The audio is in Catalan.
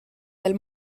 del